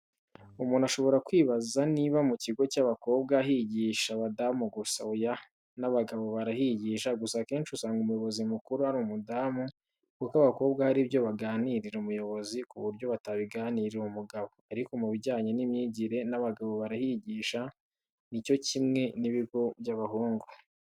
Umuntu ashobora kwibaza niba mu kigo cy'abakobwa higisha abadamu gusa. Oya, n'abagabo barahigisha gusa akenshi usanga umuyobozi mukuru ari umudamu kuko abakobwa hari ibyo baganirira umuyobozi ku buryo batabiganirira umugabo ariko mubijyanye n'imyigire n'abagabo barahigisha ni cyo kimwe n'ibigo by'abahungu.